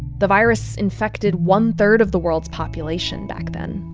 the virus infected one-third of the world's population back then,